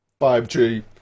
5G